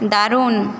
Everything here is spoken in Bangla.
দারুণ